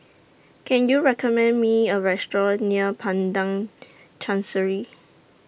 Can YOU recommend Me A Restaurant near Padang Chancery